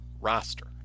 roster